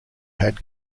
had